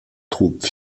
troupes